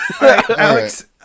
Alex